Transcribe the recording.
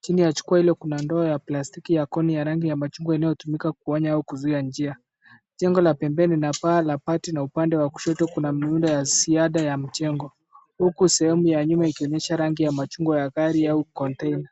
Chini ya jukwaa hilo kuna ndoo ya plastiki ya koni ya rangi ya machungwa, inayotumika kuonya au kuzuia njia. Jengo la pembeni lina paa ya bati na upande wa kushoto kuna muundo ya ziada ya mjengo, huku sehemu ya nyuma ikionyesha rangi ya machungwa ya gari au container .